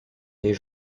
est